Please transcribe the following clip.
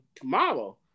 tomorrow